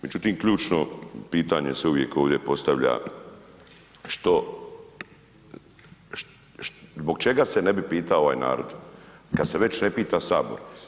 Međutim, ključno pitanje se uvijek ovde postavlja, zbog čega se ne bi pitao ovaj narod kad se već ne pita sabor.